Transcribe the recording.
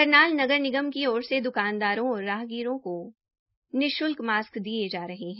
करनाल नगर निगम की ओर से द्वकानदारों और राहगीरों को निश्ल्क मास्क दिये जा रहे है